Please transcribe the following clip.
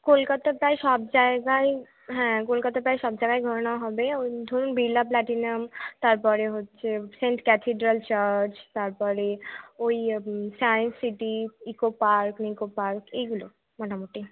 কলকাতা প্রায় সব জায়গাই হ্যাঁ কলকাতা প্রায় সব জায়গাই ঘোরানো হবে ওই ধরুন বিড়লা প্ল্যানেটেরিয়াম তারপরে হচ্ছে সেন্ট ক্যাথেড্রাল চার্চ তারপরে ওই science city eco park Nicco park এইগুলো মোটামুটি